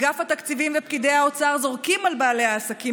אגף התקציבים ופקידי האוצר זורקים על בעלי העסקים